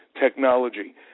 technology